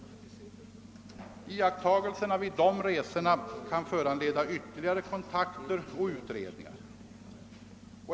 Takttagelserna vid dessa resor kan föranleda ytterligare kontakter och utredningar.